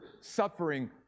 suffering